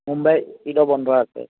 সোমবাৰে ঈদৰ বন্ধ আছে